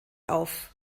auf